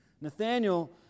Nathaniel